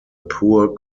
poor